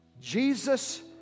jesus